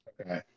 Okay